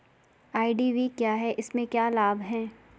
IDV क्या है इसमें क्या लाभ है?